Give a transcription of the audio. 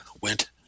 Went